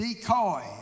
decoy